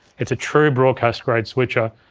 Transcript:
it's a true broadcast-grade switcher,